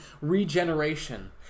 regeneration